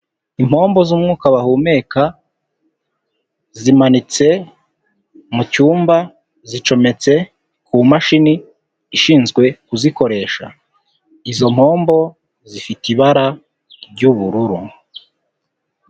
Impombo z'umwuka bahumeka zimanitse mu cyumba, zicometse ku mashini ishinzwe kuzikoresha. Izo mpombo zifite ibara ry'ubururu.